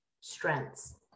strengths